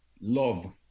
love